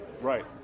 Right